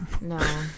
No